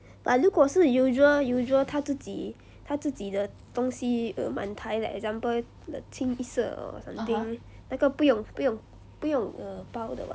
but 如果是 usual usual 他自己他自己的东西 err 满台 like example 清一色 or something 那个不用不用不用 err 包的 [what]